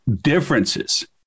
differences